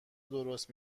درست